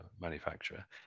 manufacturer